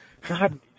God